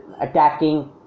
attacking